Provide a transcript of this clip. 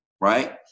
right